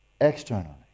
externally